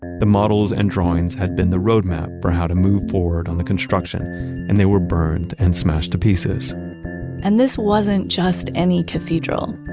the models and drawings had been the road map for how to move forward on the construction and they were burned and smashed to pieces and this wasn't just any cathedral.